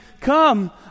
come